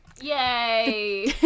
Yay